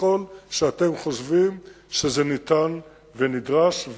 ככל שאתם חושבים שזה ניתן ונדרש,